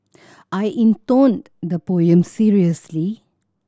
I intoned the poem seriously